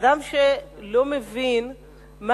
אדם שלא מבין,